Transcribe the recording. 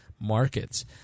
markets